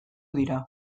dira